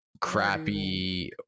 crappy